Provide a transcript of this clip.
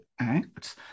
act